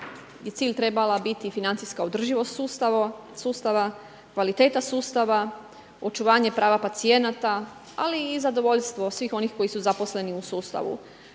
cilj trebala biti financijska održivost sustava, kvaliteta sustava, očuvanje prava pacijenata, ali i zadovoljstvo svih onih koji su zaposleni u sustavu.